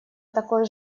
такой